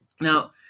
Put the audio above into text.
Now